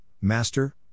Master